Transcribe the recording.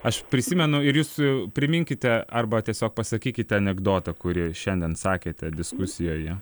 aš prisimenu ir jūs priminkite arba tiesiog pasakykite anekdotą kurį šiandien sakėte diskusijoje